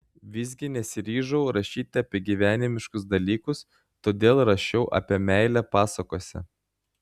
visgi nesiryžau rašyti apie gyvenimiškus dalykus todėl rašiau apie meilę pasakose